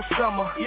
summer